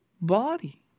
body